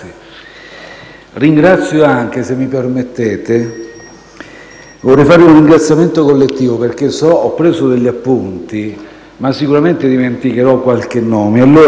Grazie. Se mi permettete, vorrei fare un ringraziamento collettivo. Ho preso degli appunti, ma sicuramente dimenticherò qualche nome.